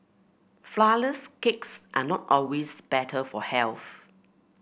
flourless cakes are not always better for health